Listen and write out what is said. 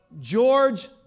George